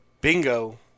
Bingo